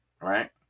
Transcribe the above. right